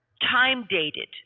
time-dated